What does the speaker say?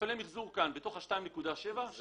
אלה